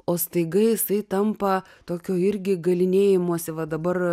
o staiga jisai tampa tokio irgi galynėjimosi va dabar